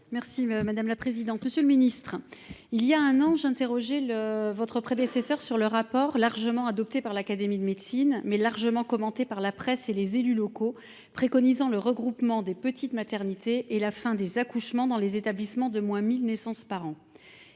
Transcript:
Mme Véronique Guillotin. Monsieur le ministre, il y a un an, j’interrogeais votre prédécesseur sur le rapport, largement adopté par l’Académie nationale de médecine et grandement commenté par la presse et les élus locaux, préconisant le regroupement des petites maternités et la fin des accouchements dans les établissements à moins de 1 000 naissances par an.